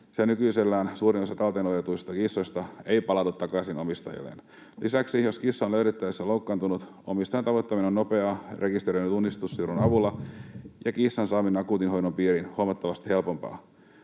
nykyisellään suurin osa talteen otetuista kissoista ei palaudu takaisin omistajilleen. Lisäksi jos kissa on löydettäessä loukkaantunut, omistajan tavoittaminen on nopeaa rekisteröidyn tunnistussirun avulla ja kissan saaminen akuutin hoidon piiriin huomattavasti helpompaa.